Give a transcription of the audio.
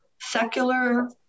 secular